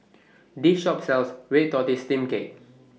This Shop sells Red Tortoise Steamed Cake